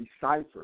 deciphered